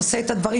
עושה את הדברים,